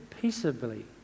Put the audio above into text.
peaceably